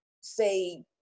say